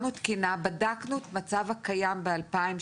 בדקנו את המצב הקיים ב-2018.